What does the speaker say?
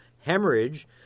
hemorrhage